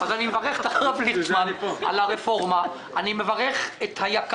ההנגשה של הרפורמה למטופלים על ידי קופות החולים,